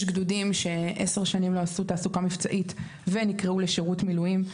יש גדודים שעשר שנים לא עשו תעסוקה מבצעית ונקראו לשירות מילואים.